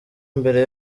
mbere